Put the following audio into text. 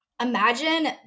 imagine